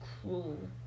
cruel